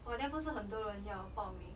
!wah! then 不是很多人要报名